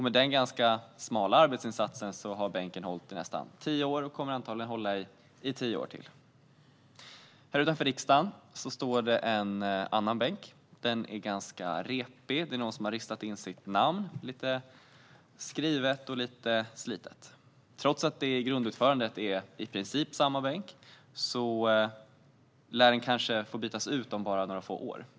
Med den ganska smala arbetsinsatsen har bänken hållit i nästan tio år och kommer antagligen att hålla i tio år till. Här utanför riksdagen står en annan bänk. Den är repig och sliten, och någon har ristat in sitt namn. Trots att den i grundutförandet i princip är en likadan bänk som den hemma hos mig lär den kanske få bytas ut om bara några få år.